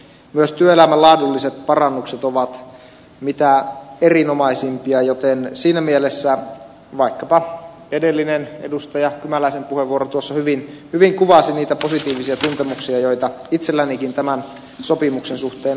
myös työelämän laadulliset parannukset ovat mitä erinomaisimpia joten siinä mielessä vaikkapa edellinen puheenvuoro edustaja kymäläisen puheenvuoro tuossa hyvin kuvasi niitä positiivisia tuntemuksia joita itsellänikin tämän sopimuksen suhteen on